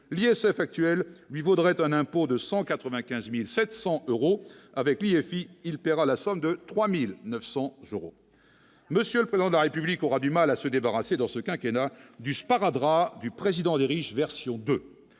l'ISF actuel lui vaudrait un impôt de 195700 euros avec l'IFI il perdra la somme de 3900 euros, monsieur le président de la République aura du mal à se débarrasser dans ce quinquennat du sparadrap du président des riches, version 2